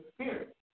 spirit